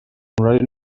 horari